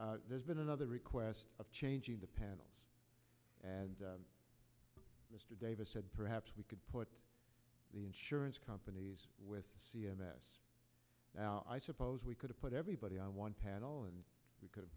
there's been another request of changing the panel and mr davis said perhaps we could put the insurance companies with c m s now i suppose we could have put everybody on one panel and we could